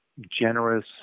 generous